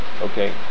okay